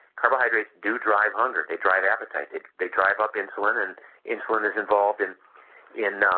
carbohydrates do drive hunger they drive appetite, they they drive up insulin and insulin is involved in in um